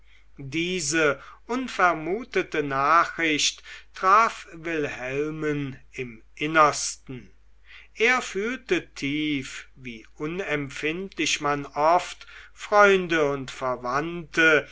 diese unvermutete nachricht traf wilhelmen im innersten er fühlte tief wie unempfindlich man oft freunde und verwandte